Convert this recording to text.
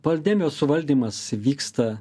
pandemijos suvaldymas vyksta